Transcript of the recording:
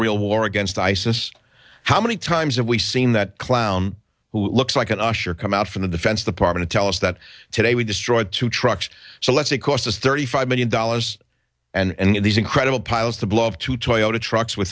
real war against isis how many times have we seen that clown who looks like an usher come out from the defense department tell us that today we destroyed two trucks so let's say cost us thirty five million dollars and these incredible piles to blow up to toyota trucks with